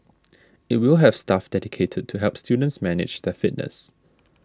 it will have staff dedicated to help students manage their fitness